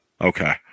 Okay